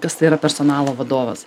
kas tai yra personalo vadovas